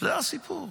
זה הסיפור.